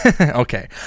Okay